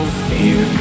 fear